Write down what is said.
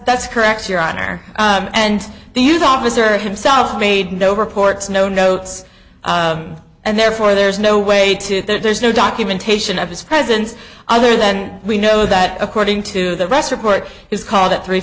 that's correct your honor and these officer himself made no reports no notes and therefore there's no way to there's no documentation of his presence other than we know that according to the rest report is called at three